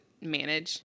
manage